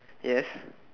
yes